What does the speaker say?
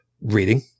reading